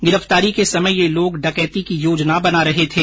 गिरफ्तारी के समय यह लोग डकेती की योजना बना रहे थे